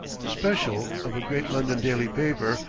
special of a great london daily paper,